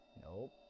Nope